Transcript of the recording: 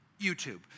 YouTube